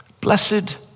blessed